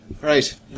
Right